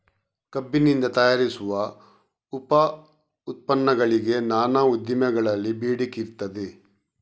ಕಬ್ಬಿನಿಂದ ತಯಾರಿಸುವ ಉಪ ಉತ್ಪನ್ನಗಳಿಗೆ ನಾನಾ ಉದ್ದಿಮೆಗಳಲ್ಲಿ ಬೇಡಿಕೆ ಇರ್ತದೆ